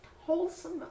wholesome